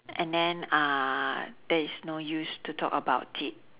and then uh that is no use to talk about it